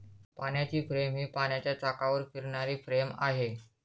पाण्याची फ्रेम ही पाण्याच्या चाकावर फिरणारी फ्रेम आहे